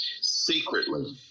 secretly